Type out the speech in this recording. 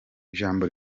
ijambo